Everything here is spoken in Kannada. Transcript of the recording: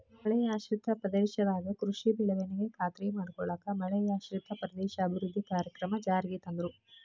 ಮಳೆಯಾಶ್ರಿತ ಪ್ರದೇಶದಾಗ ಕೃಷಿ ಬೆಳವಣಿಗೆನ ಖಾತ್ರಿ ಮಾಡ್ಕೊಳ್ಳಾಕ ಮಳೆಯಾಶ್ರಿತ ಪ್ರದೇಶ ಅಭಿವೃದ್ಧಿ ಕಾರ್ಯಕ್ರಮ ಜಾರಿಗೆ ತಂದ್ರು